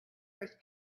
first